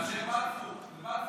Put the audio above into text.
מאנשי בלפור.